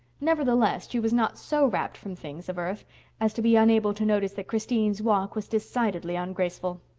nevertheless, she was not so rapt from things of earth as to be unable to notice that christine's walk was decidedly ungraceful.